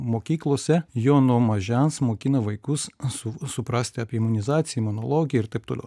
mokyklose jau nuo mažens mokina vaikus su suprasti apie imunizaciją imunologiją ir taip toliau